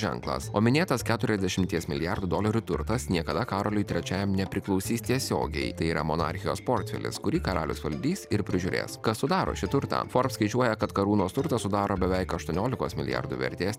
ženklas o minėtas keturiasdešimties milijardų dolerių turtas niekada karoliui trečiajam nepriklausys tiesiogiai tai yra monarchijos portfelis kurį karalius valdys ir prižiūrės kas sudaro šį turtą forb skaičiuoja kad karūnos turtas sudaro beveik aštuoniolikos milijardų vertės ne